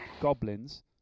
Goblins